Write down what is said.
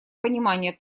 понимания